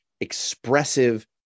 expressive